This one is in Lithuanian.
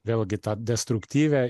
vėlgi tą destruktyvią